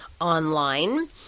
online